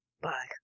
Bye